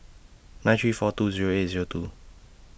nine three four two Zero eight Zero two